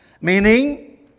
Meaning